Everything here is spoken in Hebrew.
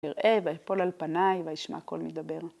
ירעה ואפול על פניי ואשמע קול מדבר.